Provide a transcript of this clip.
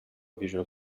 visual